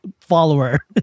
follower